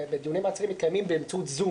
ודיוני מעצרים מתקיימים באמצעות זום,